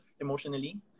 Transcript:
emotionally